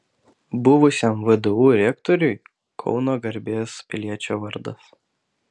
buvusiam vdu rektoriui kauno garbės piliečio vardas